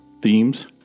themes